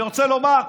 אני רוצה לומר,